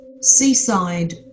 seaside